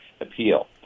appeal